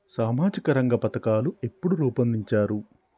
సామాజిక రంగ పథకాలు ఎప్పుడు రూపొందించారు?